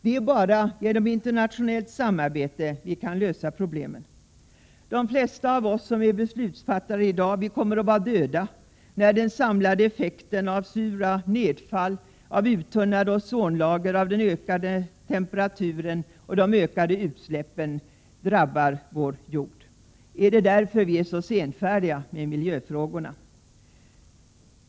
Det är bara genom internationellt samarbete vi kan lösa problemen. De flesta av oss som är beslutsfattare i dag kommer att vara döda när den samlade effekten av surt nedfall, av uttunnat ozonlager, av den ökande temperaturen och av de ökade utsläppen drabbar vår jord. Är det därför vi är så senfärdiga då det gäller miljöfrågorna?